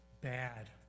bad